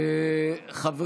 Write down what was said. חבר